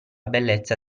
bellezza